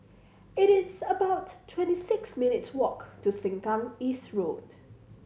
it is about twenty six minutes' walk to Sengkang East Road